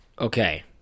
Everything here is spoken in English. Okay